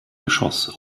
geschoss